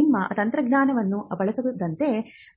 ನಿಮ್ಮ ತಂತ್ರಜ್ಞಾನವನ್ನು ಬಳಸದಂತೆ